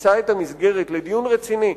נמצא את המסגרת לדיון רציני.